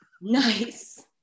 Nice